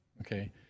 Okay